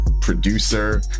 producer